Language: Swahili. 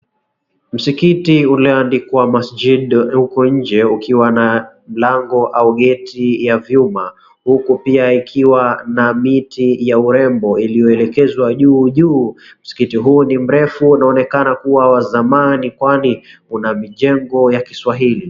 Msikiti ulioandikwa Masjid huko nje ukiwa na mlango au geti ya vyuma, huku pia ikiwa na miti ya urembo ilioelekezwa juu juu. Msikiti huu ni mrefu unaonekana kuwa wa zamani kwani kuna mijengo ya kiswahili.